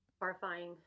horrifying